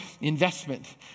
investment